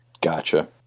Gotcha